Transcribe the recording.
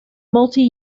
multi